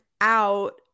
out